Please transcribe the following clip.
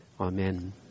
Amen